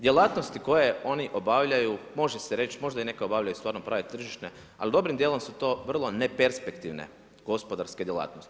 Djelatnosti koji oni obavljaju, može se reći, možda i neka obavljaju stvarno prave tržišne, ali dobrim dijelom su to vrlo neperspektivne gospodarske djelatnosti.